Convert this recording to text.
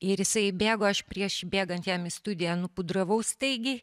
ir jisai įbėgo aš prieš bėgant jam į studiją nupudravau staigiai